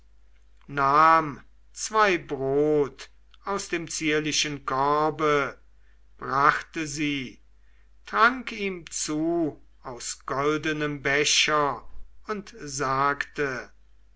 nahm zwei brot aus dem zierlichen korbe brachte sie trank ihm zu aus goldenem becher und sagte